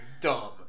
dumb